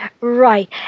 Right